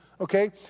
okay